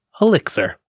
Elixir